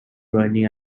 running